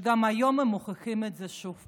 וגם היום הם מוכיחים את זה שוב.